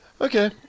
okay